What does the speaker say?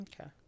Okay